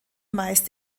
meist